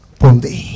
pundi